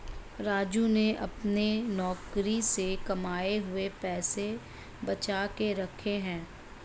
राजू ने अपने नौकरी से कमाए हुए पैसे बचा के रखे हैं